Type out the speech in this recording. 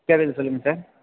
கேட்குது சொல்லுங்கள் சார்